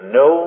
no